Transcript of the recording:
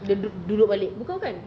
dia du~ duduk balik is it